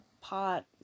pot